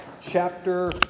chapter